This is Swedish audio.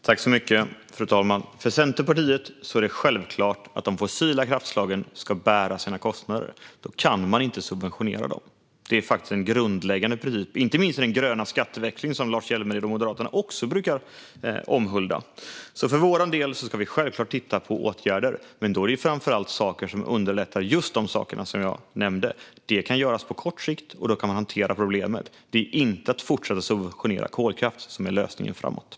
Fru talman! För Centerpartiet är det självklart att de fossila kraftslagen ska bära sina kostnader. Då kan man inte subventionera dem. Det är faktiskt en grundläggande princip, inte minst i den gröna skatteväxlingen som Lars Hjälmered och Moderaterna också brukar omhulda. För vår del ska vi självklart titta på åtgärder, men då är det framför allt sådant som underlättar just de saker som jag nämnde. Det kan göras på kort sikt, och då kan man hantera problemet. Det är inte att fortsätta subventionera kolkraft som är lösningen framöver.